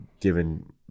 given